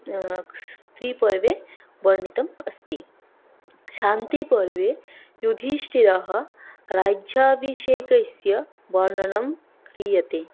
स्त्रीपर्वे वर्णितम् अस्ति शान्तिपर्वे युधिष्ठिरः राज्याभिषेकस्य वर्णनं क्रीयते